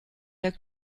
der